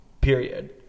period